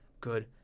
good